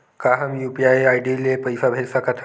का हम UPI ID ले पईसा भेज सकथन?